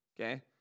Okay